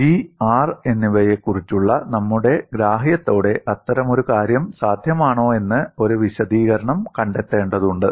G R എന്നിവയെക്കുറിച്ചുള്ള നമ്മുടെ ഗ്രാഹ്യത്തോടെ അത്തരമൊരു കാര്യം സാധ്യമാണോ എന്ന് ഒരു വിശദീകരണം കണ്ടെത്തേണ്ടതുണ്ട്